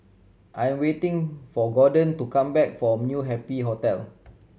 I am waiting for Gorden to come back from New Happy Hotel